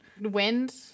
wind